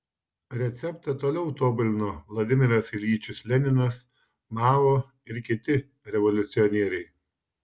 receptą toliau tobulino vladimiras iljičius leninas mao ir kiti revoliucionieriai